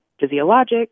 physiologic